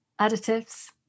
additives